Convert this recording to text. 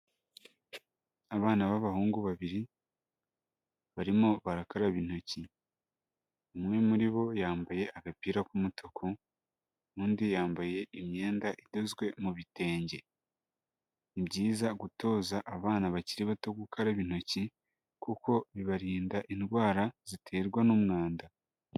Abana b'abahungu babiri barimo barakaraba intoki, umwe muri bo yambaye agapira k'umutuku, n'undi yambaye imyenda idozwe mu bitenge, ni byiza gutoza abana bakiri bato gukaraba intoki, kuko bibarinda indwara ziterwa n'umwanda.